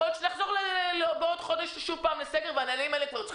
יכול להיות שעוד חודש נשוב לסגר והנהלים האלה צריכים